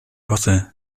gosse